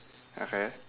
okay